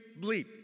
bleep